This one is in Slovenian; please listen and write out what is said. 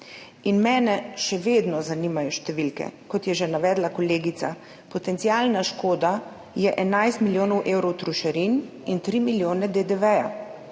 In mene še vedno zanimajo številke, kot je že navedla kolegica, potencialna škoda je 11 milijonov evrov trošarin in 3 milijone DDV.